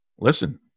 listen